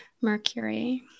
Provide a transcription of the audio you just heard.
mercury